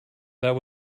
that